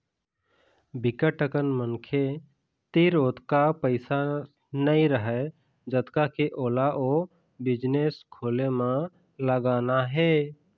बिकट अकन मनखे तीर ओतका पइसा नइ रहय जतका के ओला ओ बिजनेस खोले म लगाना हे